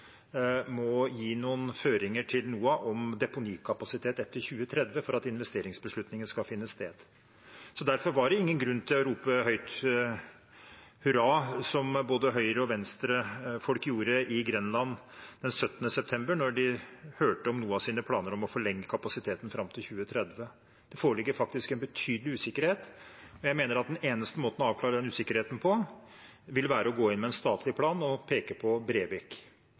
må gi noen føringer til NOAH om deponikapasitet etter 2030 for at investeringsbeslutningen skal finne sted. Derfor var det ingen grunn til å rope høyt hurra, som både Høyre- og Venstre-folk gjorde i Grenland den 17. september da de hørte om NOAHs planer om å forlenge kapasiteten fram til 2030. Det foreligger faktisk en betydelig usikkerhet. Jeg mener at den eneste måten å avklare den usikkerheten på, vil være å gå inn med en statlig plan og peke på Brevik.